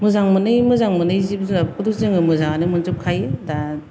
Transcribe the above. मोजां मोनै मोजां मोनै जिब जुनारफोरखौथ' जों मोजाङानो मोनजोबखायो दा